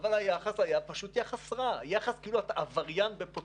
בהשוואה ל-1,500 חולים שבקופת